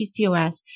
PCOS